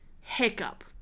hiccup